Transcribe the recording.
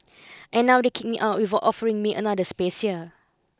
and now they kick me out without offering me another space here